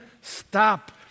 stop